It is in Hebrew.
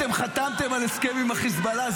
אתם חתמתם על הסכם עם חיזבאללה.